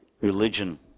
religion